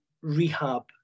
rehab